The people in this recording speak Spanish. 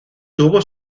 tuvo